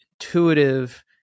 intuitive